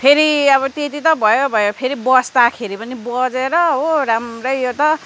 फेरि अब त्यति त भयो भयो फेरि बस्दाखेरि पनि बजेर हो राम्रै यो त